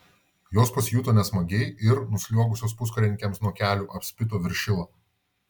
jos pasijuto nesmagiai ir nusliuogusios puskarininkiams nuo kelių apspito viršilą